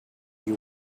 you